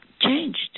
changed